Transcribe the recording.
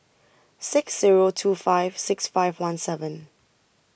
six Zero two five six five one seven